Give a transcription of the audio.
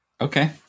Okay